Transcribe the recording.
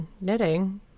knitting